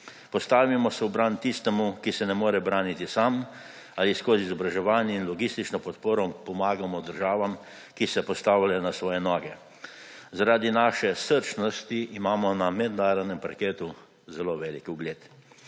Postavimo se v bran tistemu, ki se ne more braniti sam, ali skozi izobraževanje in logistično podporo pomagamo državam, ki se postavljajo na svoje noge. Zaradi svoje srčnosti imamo na mednarodnem parketu zelo velik ugled.